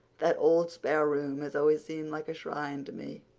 that old spare room has always seemed like a shrine to me.